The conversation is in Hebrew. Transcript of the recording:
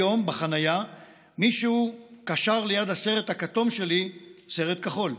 היום בחניה מישהו קשר ליד הסרט הכתום שלי סרט כחול.